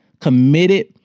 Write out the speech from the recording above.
committed